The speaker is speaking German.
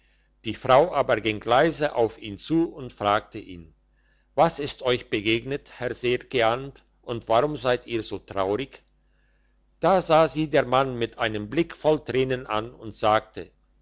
die frau aber ging leise auf ihn zu und fragte ihn was ist euch begegnet herr sergeant und warum seid ihr so traurig da sah sie der mann mit einem blick voll tränen an und sagte